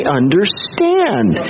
understand